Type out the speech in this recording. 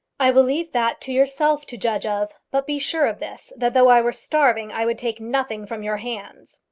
i will leave that to yourself to judge of but be sure of this, that though i were starving i would take nothing from your hands.